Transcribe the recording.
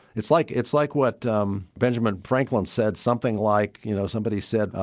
it's like it's like what um benjamin franklin said, something like, you know, somebody said, ah